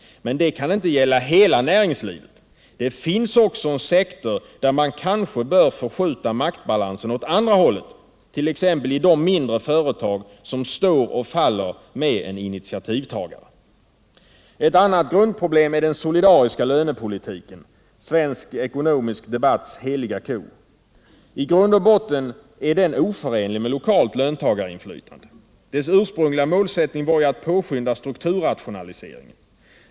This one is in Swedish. Men det kan inte gälla hela näringslivet. Det finns också en sektor, där man kanske bör förskjuta maktbalansen åt andra hållet, t.ex. i de mindre företag som står och faller med en ”initiativtagare”. Ett annat grundproblem är den solidariska lönepolitiken — svensk ekonomisk debatts heliga ko. I grund och botten är den oförenlig med lokalt löntagarinflytande. Dess ursprungliga målsättning var ju att påskynda strukturrationaliseringen.